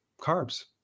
carbs